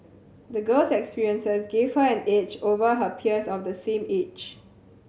the girl's experiences give her an edge over her peers of the same age